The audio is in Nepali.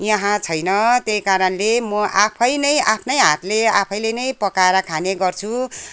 यहाँ छैन त्यही कारणले म आफै नै आफ्नै हातले आफैले नै पकाएर खाने गर्छु